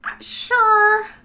Sure